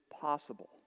possible